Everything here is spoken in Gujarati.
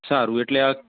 સારું એટલે આ